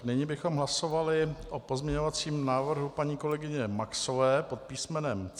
Nyní bychom hlasovali o pozměňovacím návrhu paní kolegyně Maxové pod písmenem C.